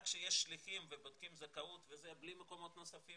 רק שיהיו שליחים ובודקים זכאות בלי מקומות נוספים